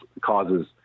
causes